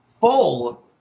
full